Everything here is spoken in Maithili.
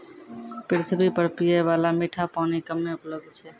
पृथ्वी पर पियै बाला मीठा पानी कम्मे उपलब्ध छै